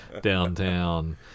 downtown